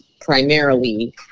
primarily